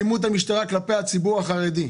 אלימות המשטרה כלפי הציבור החרדי.